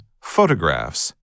Photographs